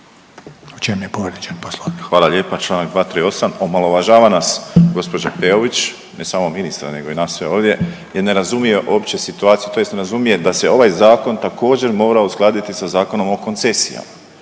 **Borić, Josip (HDZ)** Hvala lijepa, čl. 238., omalovažava nas gđa. Peović, ne samo ministra nego i nas sve ovdje jer ne razumije opće situaciju tj. ne razumije da se ovaj zakon također morao uskladiti sa Zakonom o koncesijama.